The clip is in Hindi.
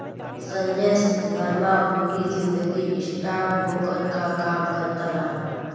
संजय वर्मा पूरी जिंदगी स्टॉकब्रोकर का काम करता रहा